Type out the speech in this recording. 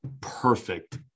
perfect